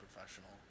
professional